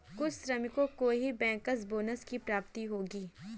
कुछ श्रमिकों को ही बैंकर्स बोनस की प्राप्ति होगी